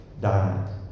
died